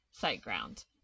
SiteGround